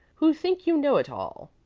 who think you know it all,